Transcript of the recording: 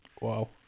Wow